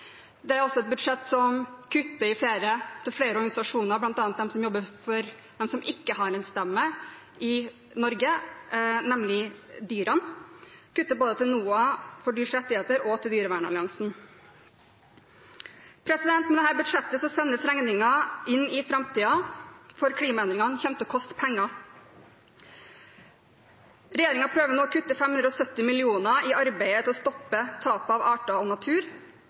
Det er også et budsjett hvor man gir kutt til flere organisasjoner, bl.a. de som jobber for dem som ikke har en stemme i Norge, nemlig dyrene. Det kuttes både til NOAH – for dyrs rettigheter og til Dyrevernalliansen. Med dette budsjettet sendes regningen inn i framtiden, for klimaendringene kommer til å koste penger. Regjeringen prøver nå å kutte 570 mill. kr i arbeidet med å stoppe tap av arter og natur.